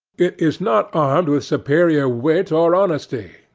it is not armed with superior wit or honesty,